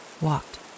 walked